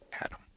Adam